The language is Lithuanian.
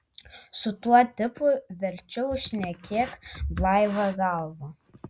su tuo tipu verčiau šnekėk blaivia galva